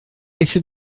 eisiau